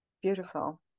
Beautiful